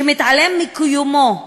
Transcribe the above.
שמתעלם מקיומו,